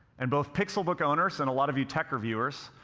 and both pixelbook owners and a lot of you tech reviewers,